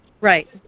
Right